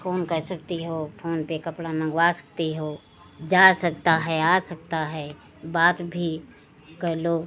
phone कर सकती हो फोन पर कपड़ा मँगवा सकती हो जा सकता है आ सकता है बात भी कर लो